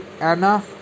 Anna